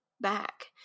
back